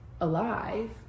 alive